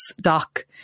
doc